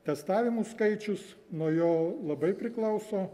testavimų skaičius nuo jo labai priklauso